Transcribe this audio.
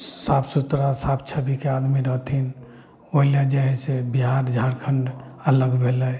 साफ सुथरा साफ छविके आदमी रहथिन ओइ लऽ जे हइ से बिहार झारखण्ड अलग भेलय